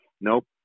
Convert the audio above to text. nope